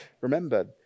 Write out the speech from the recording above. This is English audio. Remember